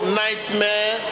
nightmare